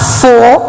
four